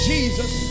Jesus